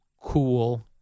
Cool